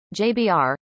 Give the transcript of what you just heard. JBR